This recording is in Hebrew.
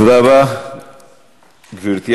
תודה רבה, גברתי.